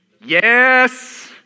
Yes